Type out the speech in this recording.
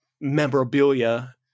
memorabilia